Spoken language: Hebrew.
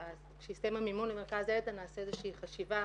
כשיסתיים המימון למרכז הידע נעשה איזושהי חשיבה